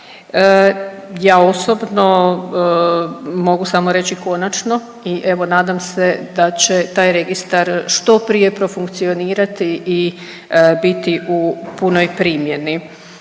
Ja osobno mogu samo reći konačno i evo nadam se da će taj registar što prije profunkcionirati i biti u punoj primjeni.